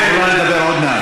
את יכולה לדבר עוד מעט.